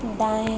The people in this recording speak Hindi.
दाएं